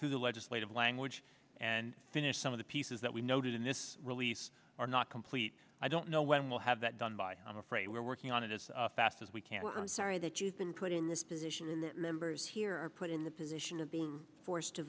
through the legislative language and finish some of the pieces that we noted in this release are not complete i don't know when we'll have that done by i'm afraid we're working on it it's fast as we can i'm sorry that you've been put in this position in the members here are put in the position of being forced to